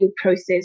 process